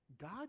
God